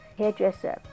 Hairdresser